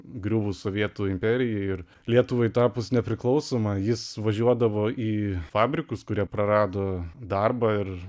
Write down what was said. griuvus sovietų imperijai ir lietuvai tapus nepriklausoma jis važiuodavo į fabrikus kurie prarado darbą ir